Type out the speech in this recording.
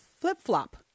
flip-flop